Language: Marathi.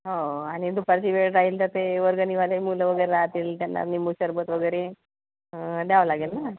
हो आणि दुपारची वेळ जाईल तर ते वर्गणीवाले मुलं वगैरे राहतील त्यांना निंबू शरबत वगैरे द्यावं लागेल ना